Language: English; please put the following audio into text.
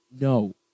No